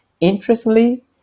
Interestingly